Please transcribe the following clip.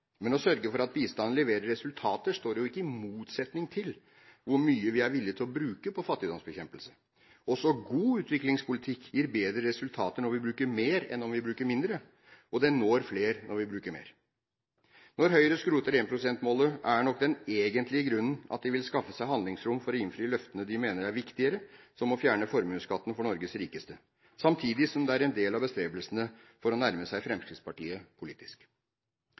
Men å sørge for at bistanden leverer resultater står jo ikke i motsetning til hvor mye vi er villig til å bruke på fattigdomsbekjempelse. Også god utviklingspolitikk gir bedre resultater når vi bruker mer enn om vi bruker mindre, og den når fler når vi bruker mer. Når Høyre skroter 1-pst.-målet, er nok den egentlige grunnen at de vil skaffe seg handlingsrom for å innfri løfter de mener er viktigere, som å fjerne formuesskatten for Norges rikeste, samtidig som det er en del av bestrebelsene på å nærme seg Fremskrittspartiet politisk.